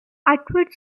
atwood